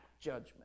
judgment